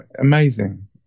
Amazing